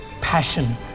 passion